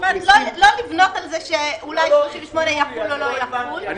לא לבנות על זה שאולי 38 יחול או לא יחול.